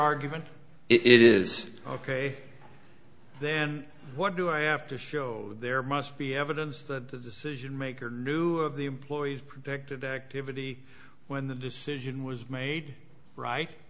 argument it is ok then what do i have to show there must be evidence that the decision maker knew of the employee's protected activity when the decision was made right